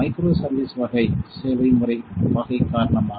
micro service வகை சேவை முறை வகை காரணமாக